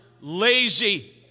lazy